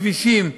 כבישים,